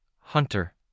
Hunter